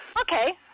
Okay